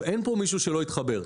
אין כאן מישהו שלא יתחבר.